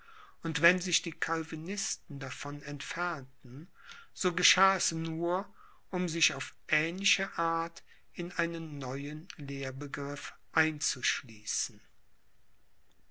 und wenn sich die calvinisten davon entfernten so geschah es nur um sich auf ähnliche art in einen neuen lehrbegriff einzuschließen